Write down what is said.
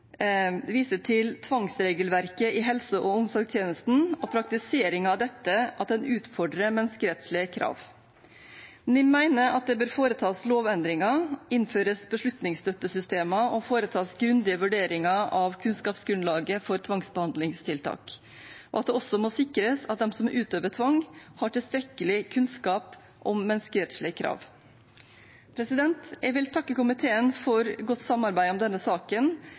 viser til tvangsregelverket i helse- og omsorgstjenesten og praktisering av dette, at den utfordrer menneskerettslige krav. NIM mener at det bør foretas lovendringer, innføres beslutningsstøttesystemer og foretas grundige vurderinger av kunnskapsgrunnlaget for tvangsbehandlingstiltak, og at det også må sikres at de som utøver tvang, har tilstrekkelig kunnskap om menneskerettslige krav. Jeg vil takke komiteen for godt samarbeid om denne saken,